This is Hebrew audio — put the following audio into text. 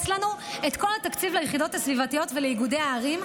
לנו את כל התקציב ליחידות הסביבתיות ולאיגודי הערים,